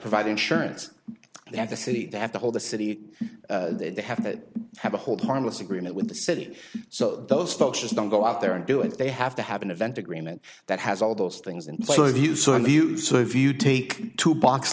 provide insurance they have the city they have to hold the city they have to have a hold harmless agreement with the city so those folks just don't go out there and do it they have to have an event agreement that has all those things and so if you take two box